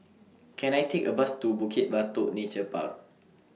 Can I Take A Bus to Bukit Batok Nature Park